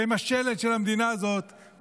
שהם השלד של המדינה הזאת,